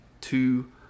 two